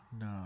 No